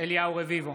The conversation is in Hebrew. אליהו רביבו,